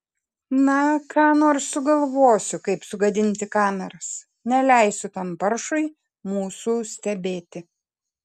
na ką nors sugalvosiu kaip sugadinti kameras neleisiu tam paršui mūsų stebėti